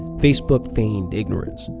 facebook feigned ignorance,